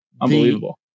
Unbelievable